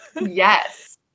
Yes